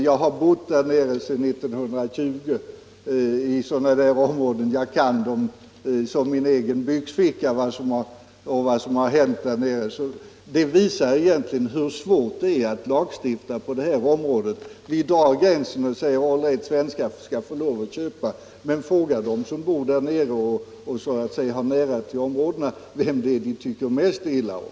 Jag har bott där nere i sådana områden sedan 1920 och jag kan dem som min egen byxficka. Jag vet vad som hänt där nere. Detta visar egentligen hur svårt det är att lagstifta på det här området. Vi drar gränser och säger: All right, svenskar skall få lov att köpa. Men fråga dem som bor nära dessa områden, vem de tycker mest illa om.